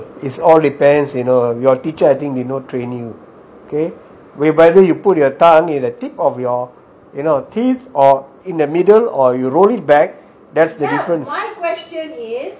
it all depends you know your teacher I think they know training okay by the way you put your tongue in the tip of your you know tip or in the middle or you roll it back that is the difference